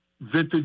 Vintage